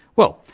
well,